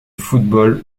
football